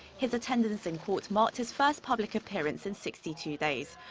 his attendance in court marked his first public appearance in sixty two days.